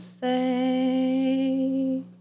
say